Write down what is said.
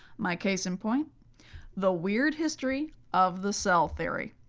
my case in point the weird history of the cell theory.